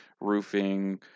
roofing